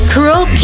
Cruel